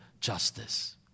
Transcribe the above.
justice